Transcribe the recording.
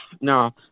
no